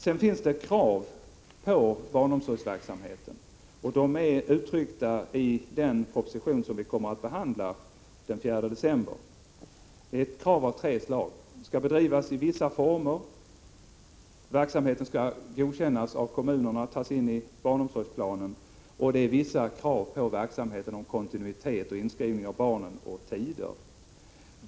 Sedan finns det krav på barnomsorgsverksamheten. De är uttryckta i den proposition som vi kommer att behandla den 4 december. Det är krav av tre slag. Verksamheten skall bedrivas i vissa former. Verksamheten skall godkännas av kommunerna och tas in i barnomsorgsplanen. Vidare finns vissa krav på verksamheten beträffande kontinuitet, inskrivning av barnen och tider.